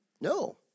no